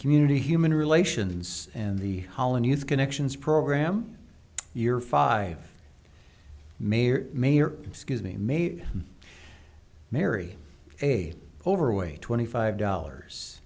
community human relations and the holland youth connections program year five mayor mayor excuse me maybe marry a overweight twenty five dollars